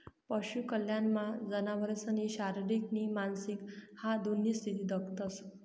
पशु कल्याणमा जनावरसनी शारीरिक नी मानसिक ह्या दोन्ही स्थिती दखतंस